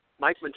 Mike